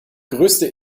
größte